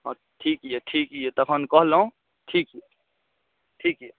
हँ ठीक यऽ ठीक यऽ तखन कहलहुँ ठीक ठीक यऽ